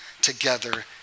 together